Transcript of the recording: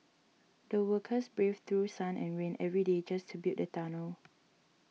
the workers braved through sun and rain every day just to build the tunnel